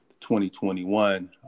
2021